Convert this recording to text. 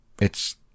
It's